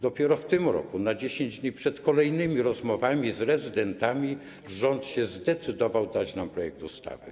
Dopiero w tym roku, na 10 dni przed kolejnymi rozmowami z rezydentami, rząd się zdecydował dać nam projekt ustawy.